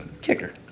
kicker